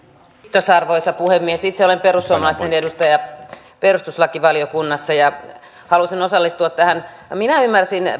arvoisa puhemies itse olen perussuomalaisten edustaja perustuslakivaliokunnassa ja halusin osallistua tähän minä ymmärsin